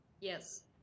Yes